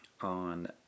on